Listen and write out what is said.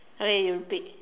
okay you repeat